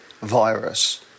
virus